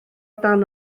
dan